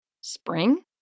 Spring